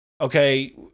Okay